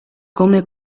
come